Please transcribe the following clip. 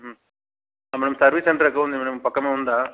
ఆ ma'am service center ఎక్కడుంది madam పక్కనే ఉందా